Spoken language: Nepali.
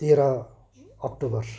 तेह्र अक्टोबर